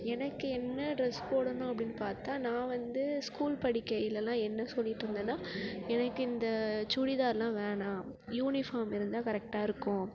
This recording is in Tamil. எனக்கு என்ன டிரெஸ் போடணும் அப்படின்னு பார்த்தா நான் வந்து ஸ்கூல் படிக்கையிலெலாம் என்ன சொல்லிகிட்டு இருந்தேன்னா எனக்கு இந்த சுடிதாரெலாம் வேணாம் யூனிஃபாம் இருந்தால் கரெக்டாக இருக்கும்